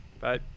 bye